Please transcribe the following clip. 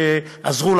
שעזרו,